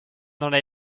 wanneer